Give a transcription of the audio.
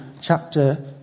chapter